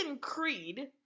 Creed